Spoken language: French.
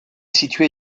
situé